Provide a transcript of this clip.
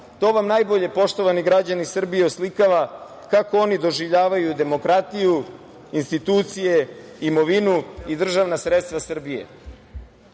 To vam najbolje, poštovani građani Srbije, oslikava kako oni doživljavaju demokratiju, institucije, imovinu i državna sredstva Srbije. Gospodo